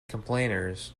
complainers